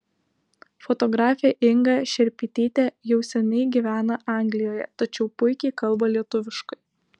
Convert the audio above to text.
fotografė inga šerpytytė jau seniai gyvena anglijoje tačiau puikiai kalba lietuviškai